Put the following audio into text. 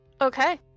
Okay